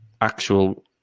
actual